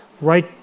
Right